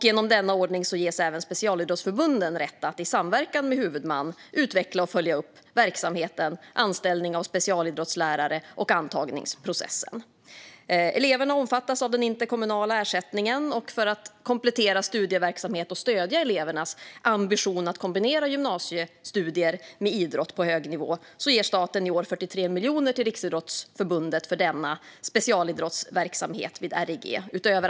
Genom denna ordning ges även specialidrottsförbunden rätt att i samverkan med huvudman utveckla och följa upp verksamheten, anställning av specialidrottslärare och antagningsprocessen. Eleverna omfattas av den interkommunala ersättningen. För att komplettera studieverksamhet och stödja elevernas ambition att kombinera gymnasiestudier med idrott på hög nivå ger staten i år, utöver anslaget Stöd till idrotten, 43 miljoner till Riksidrottsförbundet för denna specialidrottsverksamhet vid RIG.